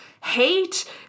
Hate